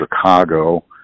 Chicago